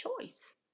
choice